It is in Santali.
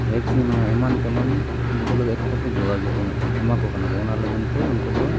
ᱵᱷᱮᱠᱥᱤᱱ ᱮᱢᱟᱱ ᱛᱮᱢᱟᱱ ᱩᱱᱠᱩ ᱞᱟᱹᱜᱤᱫ ᱛᱮᱫᱚ ᱠᱚ ᱡᱳᱜᱟᱣ ᱡᱚᱛᱚᱱᱮᱜᱼᱟ ᱮᱢᱟ ᱠᱚ ᱠᱟᱱᱟ ᱚᱱᱟ ᱞᱟᱹᱜᱤᱫ ᱛᱮ ᱩᱱᱠᱚ ᱫᱚ